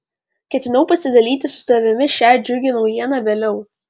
ketinau pasidalyti su tavimi šia džiugia naujiena vėliau